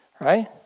right